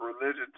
Religion